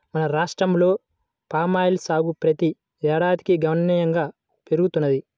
మన రాష్ట్రంలో పామాయిల్ సాగు ప్రతి ఏడాదికి గణనీయంగా పెరుగుతున్నది